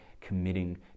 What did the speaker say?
committing